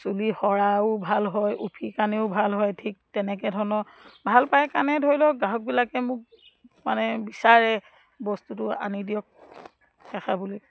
চুলি সৰাও ভাল হয় উফি কাৰণেও ভাল হয় ঠিক তেনেকৈ ধৰণৰ ভাল পায় কাৰণে ধৰি লওক গ্ৰাহকবিলাকে মোক মানে বিচাৰে বস্তুটো আনি দিয়ক দেখাবলৈ